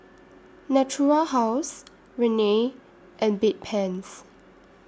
Natura House Rene and Bedpans